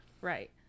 right